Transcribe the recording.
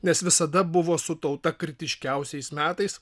nes visada buvo su tauta kritiškiausiais metais